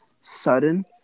sudden